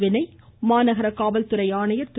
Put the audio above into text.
வினய் மாநகர காவல் ஆணையர் திரு